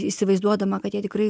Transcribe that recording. įsivaizduodama kad jie tikrai